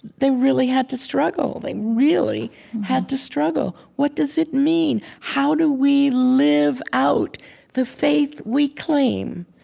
they really had to struggle. they really had to struggle. what does it mean? how do we live out the faith we claim?